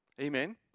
Amen